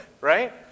right